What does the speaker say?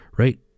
Right